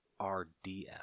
RDF